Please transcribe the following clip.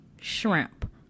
shrimp